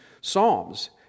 Psalms